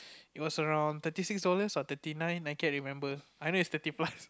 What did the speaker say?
it was around thirty six dollars or thirty nine I can't remember I know it's thirty plus